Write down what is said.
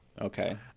Okay